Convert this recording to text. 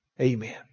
Amen